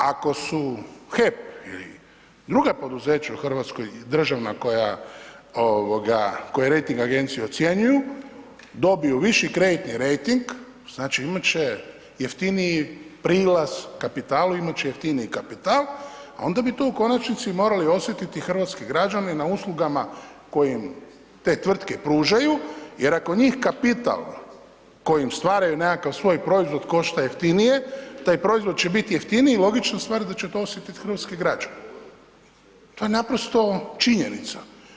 Ako su HEP ili druga poduzeća u Hrvatskoj državna koja ovoga koje rejting agencije ocjenjuju dobiju viši kreditni rejting znači imat će jeftiniji prilaz kapitalu, imat će jeftiniji kapital, a onda bi to u konačnici morali osjetiti hrvatski građani na uslugama koje im te tvrtke pružaju, jer ako njih kapital kojim stvaraju nekakav svoj proizvod košta jeftinije taj proizvod će biti jeftiniji, logična stvar da će to osjetit hrvatski građani, to je naprosto činjenica.